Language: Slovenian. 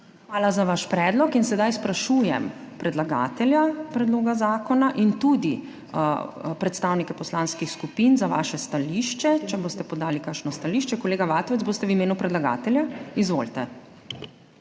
Hvala za vaš predlog. In sedaj sprašujem predlagatelja predloga zakona in tudi predstavnike poslanskih skupin za vaše stališče, če boste podali kakšno stališče? Kolega Vatovec, boste v imenu predlagatelja? Izvolite.